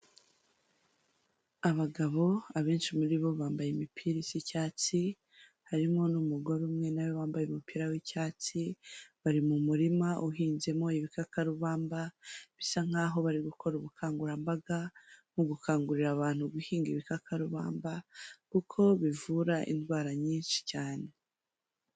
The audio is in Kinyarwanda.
Abagabo, abenshi muri bo bambaye imipira y'icyatsi, harimo n'umugore umwe nawe wambaye umupira w'icyatsi, bari mu murima uhinzemo ibikakarubamba bisa nkaho bari gukora ubukangurambaga mu gukangurira abantu guhinga ibikakarubamba kuko bivura indwara nyinshi cyane.